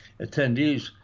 attendees